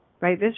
right